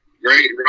great